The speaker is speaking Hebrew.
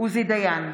עוזי דיין,